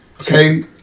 Okay